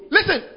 Listen